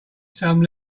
some